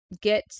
get